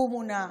קומו נא,